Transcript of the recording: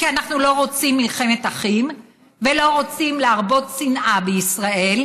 כי אנחנו לא רוצים מלחמת אחים ולא רוצים להרבות שנאה בישראל,